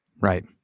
Right